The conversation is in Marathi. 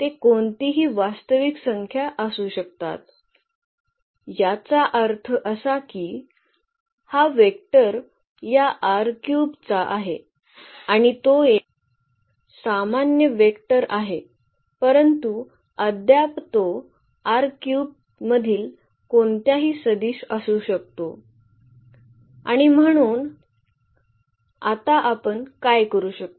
ते कोणतीही वास्तविक संख्या असू शकतात याचा अर्थ असा की हा वेक्टर या चा आहे आणि तो एक सामान्य वेक्टर आहे परंतु अद्याप तो या मधील कोणताही सदिश असू शकतो आणि म्हणून आता आपण काय करू शकतो